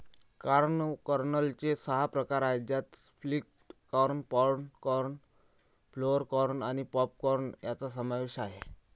corn कर्नलचे सहा प्रकार आहेत ज्यात flint corn, pod corn, flour corn आणि पॉप कॉर्न यांचा समावेश आहे